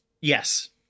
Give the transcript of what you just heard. Yes